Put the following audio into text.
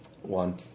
One